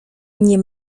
nie